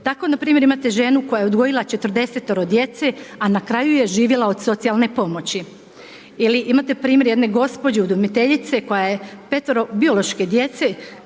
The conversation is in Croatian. Tako npr. imate ženu koja je odgojila 40-tero djece, a na kraju je živjela od socijalne pomoći. Ili imate primjer jedne gospođe udomiteljice koja je petero biološke djece